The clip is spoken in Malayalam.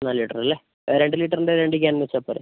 നാല് ലിറ്റർ ല്ലേ രണ്ട് ലിറ്ററിൻ്റെ രണ്ട് ക്യാൻ വെച്ചാൽ പോരെ